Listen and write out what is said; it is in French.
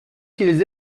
qu’ils